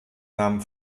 nahmen